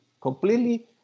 completely